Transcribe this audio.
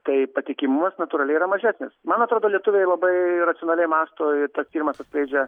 tai patikimumas natūraliai yra mažesnis man atrodo lietuviai labai racionaliai mąsto tai tas tyrimas atskleidžia